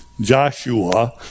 Joshua